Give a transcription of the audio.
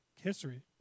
history